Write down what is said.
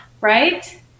Right